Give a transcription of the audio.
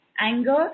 anger